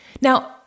Now